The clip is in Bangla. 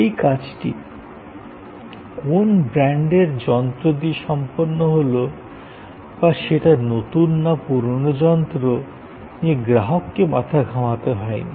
এই কাজটি কোন ব্র্যান্ডের যন্ত্র দিয়ে সম্পন্ন হলো বা সেটা নতুন না পুরানো যন্ত্র নিয়ে গ্রাহককে মাথা ঘামাতে হয়নি